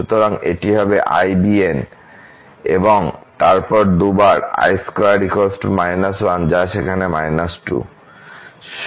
সুতরাং এটি হবে ibn এবং তারপর 2 বার i2 1 যা সেখানে 2